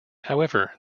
however